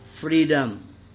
freedom